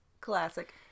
Classic